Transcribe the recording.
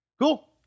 Cool